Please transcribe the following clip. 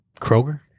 Kroger